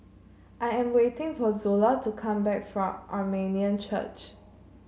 I am waiting for Zola to come back from Armenian Church